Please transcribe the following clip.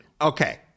Okay